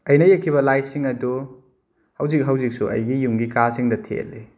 ꯑꯩꯅ ꯌꯦꯛꯈꯤꯕ ꯂꯥꯏꯁꯤꯡ ꯑꯗꯨ ꯍꯧꯖꯤꯛ ꯍꯧꯖꯤꯛꯁꯨ ꯑꯩꯒꯤ ꯌꯨꯝꯒꯤ ꯀꯥꯁꯤꯡꯗ ꯊꯦꯠꯂꯤ